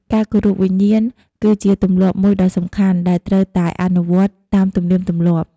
ការគោរពវិញ្ញាណគឺជាទម្លាប់មួយដ៏សំខាន់ ដែលត្រូវតែអនុវត្តន៍តាមទំនៀមទម្លាប់។